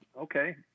Okay